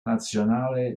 nazionale